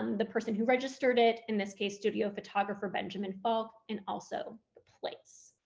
um the person who registered it in this case studio photographer benjamin falk, and also the place.